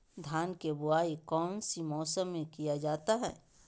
धान के बोआई कौन सी मौसम में किया जाता है?